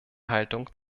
haltung